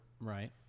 Right